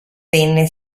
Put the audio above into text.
venne